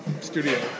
studio